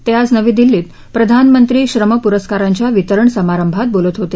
ते आज नवी दिल्लीत प्रधानमंत्री श्रम पुरस्कारांच्या वितरण समारंभात बोलत होते